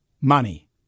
money